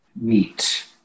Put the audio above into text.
meat